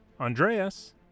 Andreas